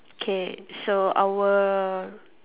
K so our